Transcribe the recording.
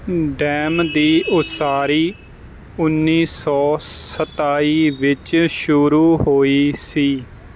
dam ਦੀ ਉਸਾਰੀ ਉੱਨੀ ਸੌ ਸਤਾਈ ਵਿੱਚ ਸ਼ੁਰੂ ਹੋਈ ਸੀ